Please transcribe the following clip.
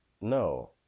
No